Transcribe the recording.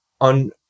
on